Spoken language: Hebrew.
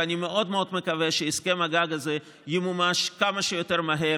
ואני מאוד מאוד מקווה שהסכם הגג הזה ימומש כמה שיותר מהר